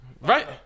Right